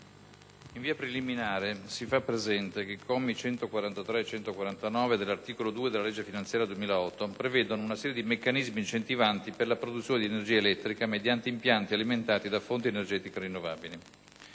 In via preliminare, si fa presente che i commi da 143 a 149 dell'articolo 2 della legge finanziaria 2008 prevedono una serie di meccanismi incentivanti per la produzione di energia elettrica mediante impianti alimentati da fonti energetiche rinnovabili.